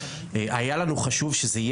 היה קשב, היה רצון.